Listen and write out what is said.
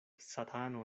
satano